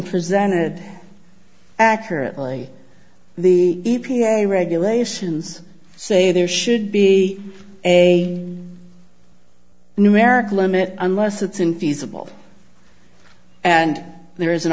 presented accurately the e p a regulations say there should be a numerical limit unless it's infeasible and there is an